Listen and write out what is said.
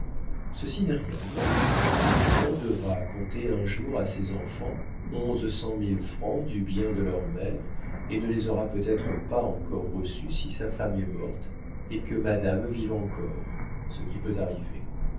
ceci n'est rien mon client devra compter un jour à ses enfants onze cent mille francs du bien de leur mère et ne les aura peut-être pas encore reçus si sa femme est morte et que madame vive encore ce qui peut arriver